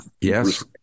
yes